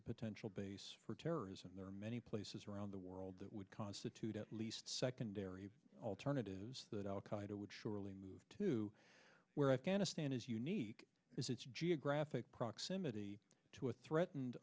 a potential base for terrorism there are many places around the world that would constitute at least secondary alternatives that al qaida would surely move to where afghanistan is unique is its geographic proximity to a threatened